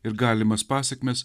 ir galimas pasekmes